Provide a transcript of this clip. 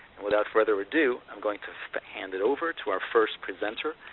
without further ado, i'm going to hand it over to our first presenter,